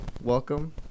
welcome